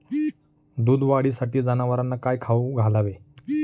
दूध वाढीसाठी जनावरांना काय खाऊ घालावे?